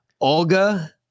Olga